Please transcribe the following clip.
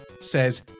says